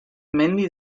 mandy